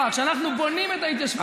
כשאנחנו בונים את ההתיישבות ביהודה ושומרון,